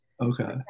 Okay